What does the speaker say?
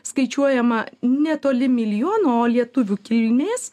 skaičiuojama netoli milijono o lietuvių kilmės